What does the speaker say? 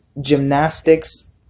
gymnastics